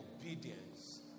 obedience